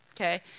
okay